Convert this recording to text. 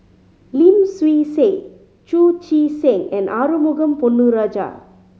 Lim Swee Say Chu Chee Seng and Arumugam Ponnu Rajah